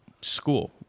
school